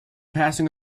passing